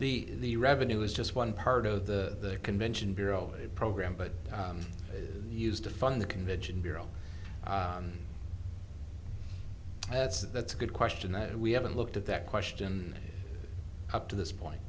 this the revenue is just one part of the convention bureau program but used to fund the convention bureau that's that's a good question that we haven't looked at that question up to this point